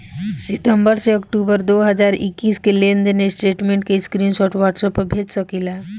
सितंबर से अक्टूबर दो हज़ार इक्कीस के लेनदेन स्टेटमेंट के स्क्रीनशाट व्हाट्सएप पर भेज सकीला?